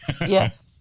Yes